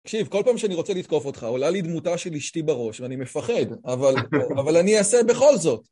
תקשיב, כל פעם שאני רוצה לתקוף אותך, עולה לי דמותה של אשתי בראש, ואני מפחד, אבל אני אעשה בכל זאת.